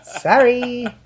Sorry